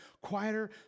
quieter